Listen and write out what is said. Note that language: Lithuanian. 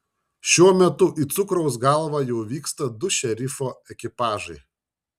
šiuo metu į cukraus galvą jau vyksta du šerifo ekipažai